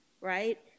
right